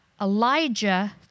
Elijah